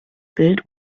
bild